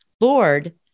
Lord